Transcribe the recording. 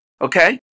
Okay